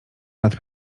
nad